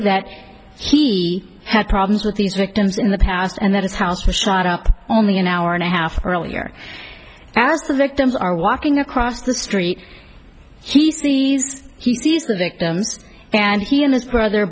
that he had problems with these victims in the past and that his house was shot up only an hour and a half earlier as the victims are walking across the street he seems he sees the victims and he and his brother